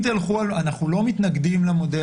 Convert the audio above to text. אנחנו לא מתנגדים לדיוור